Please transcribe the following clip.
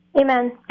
Amen